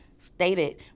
stated